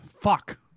Fuck